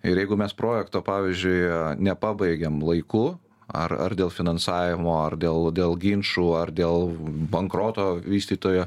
ir jeigu mes projekto pavyzdžiui nepabaigėm laiku ar ar dėl finansavimo ar dėl dėl ginčų ar dėl bankroto vystytojo